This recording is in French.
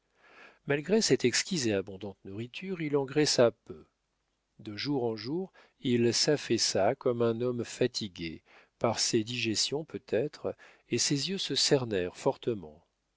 malgré cette exquise et abondante nourriture il engraissa peu de jour en jour il s'affaissa comme un homme fatigué par ses digestions peut-être et ses yeux se cernèrent fortement